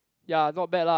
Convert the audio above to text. yea not bad lah